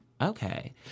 okay